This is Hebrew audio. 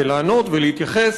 לענות ולהתייחס